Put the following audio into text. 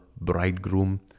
bridegroom